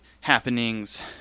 happenings